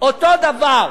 אותו הדבר.